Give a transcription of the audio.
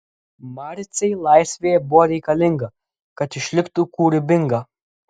marcei laisvė buvo reikalinga kad išliktų kūrybinga